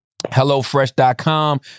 HelloFresh.com